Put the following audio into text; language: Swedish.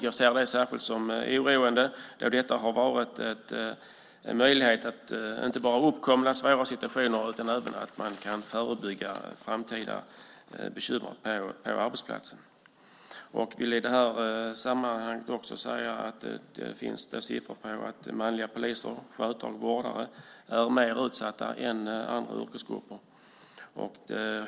Jag ser detta som särskilt oroande eftersom företagshälsovården har varit en möjlighet inte bara i redan uppkomna svåra situationer utan också när det gäller att förebygga framtida bekymmer på arbetsplatsen. I det här sammanhanget vill jag också nämna att det finns siffror som visar att manliga poliser, skötare och vårdare är mer utsatta än andra yrkesgrupper.